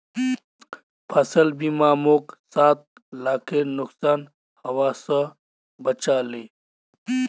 फसल बीमा मोक सात लाखेर नुकसान हबा स बचा ले